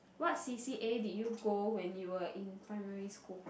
what C_C_A did you go when you were in primary school